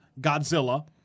Godzilla